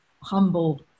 humble